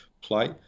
play